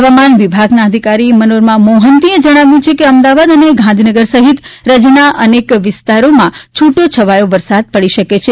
હવામાન વિભાગના અધિકારી મનોરમા મૌફંતીએ જણાવ્યું છે કે અમદાવાદ અને ગાંધીનગર સહિત રાજયના અનેક વિસ્તારોમાં છુટોછવાયો વરસાદ પડી શકે છે